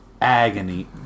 agony